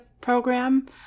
program